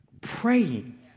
Praying